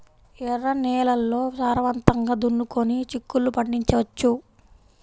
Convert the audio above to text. ఎర్ర నేలల్లో సారవంతంగా దున్నుకొని చిక్కుళ్ళు పండించవచ్చు